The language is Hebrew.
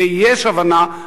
ויש הבנה,